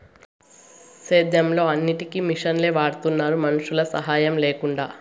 సేద్యంలో అన్నిటికీ మిషనులే వాడుతున్నారు మనుషుల సాహాయం లేకుండా